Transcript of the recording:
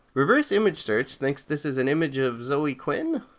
reverse image search thinks this is an image of. zoe quin?